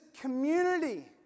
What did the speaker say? community